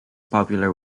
popular